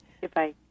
Goodbye